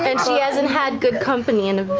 and she hasn't had good company in